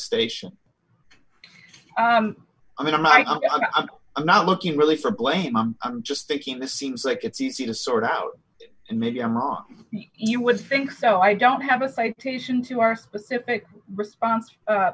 station i mean i'm like i'm not looking really for blame i'm just picking this seems like it's easy to sort out and maybe i'm wrong you would think so i don't have a citation to our specific response